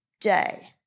day